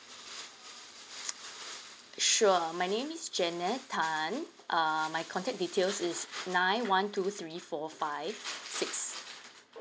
sure my name is janet tan err my contact details is nine one two three four five six